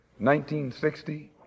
1960